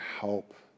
help